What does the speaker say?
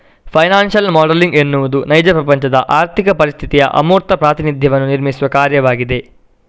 financial modelling ಎನ್ನುವುದು ನೈಜ ಪ್ರಪಂಚದ ಆರ್ಥಿಕ ಪರಿಸ್ಥಿತಿಯ ಅಮೂರ್ತ ಪ್ರಾತಿನಿಧ್ಯವನ್ನು ನಿರ್ಮಿಸುವ ಕಾರ್ಯವಾಗಿದೆ